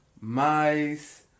mice